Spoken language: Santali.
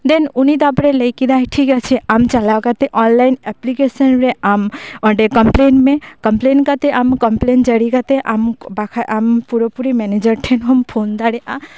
ᱫᱮᱱ ᱩᱱᱤ ᱛᱟᱯᱚᱨᱮᱭ ᱞᱟᱹᱭᱠᱮᱫᱟ ᱴᱷᱤᱠ ᱟᱪᱷᱮ ᱟᱢ ᱪᱟᱞᱟᱣ ᱠᱟᱛᱮ ᱚᱱᱞᱟᱭᱤᱱ ᱮᱯᱞᱤᱠᱮᱥᱚᱱ ᱨᱮ ᱟᱢ ᱚᱸᱰᱮ ᱠᱚᱢᱯᱞᱮᱱ ᱢᱮ ᱠᱚᱢᱯᱞᱮᱱ ᱠᱟᱛᱮ ᱟᱢ ᱠᱚᱢᱯᱞᱮᱱ ᱡᱟᱹᱨᱤ ᱠᱟᱛᱮ ᱟᱢ ᱵᱟᱠᱷᱟᱡ ᱟᱢ ᱯᱩᱨᱟᱹ ᱯᱩᱨᱤ ᱢᱮᱱᱮᱡᱟᱨ ᱴᱷᱮᱱ ᱦᱚᱸᱢ ᱯᱷᱳᱱ ᱫᱟᱲᱮᱭᱟᱜᱼᱟ